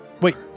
Wait